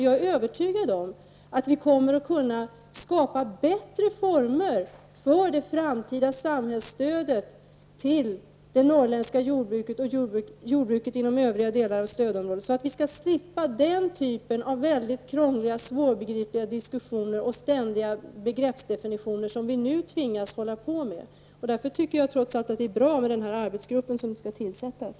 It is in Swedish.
Jag är övertygad om att vi kommer att kunna skapa bättre former för det framtida samhällsstödet till det norrländska jordbruket och jordbruket inom övriga delar av stödområdet, så att vi slipper den typen av krångliga och svårbegripliga diskussioner och ständiga begreppsdefinitioner, som vi nu tvingas hålla på med. Därför tycker jag trots allt att det är bra med den arbetsgrupp som skall tillsättas.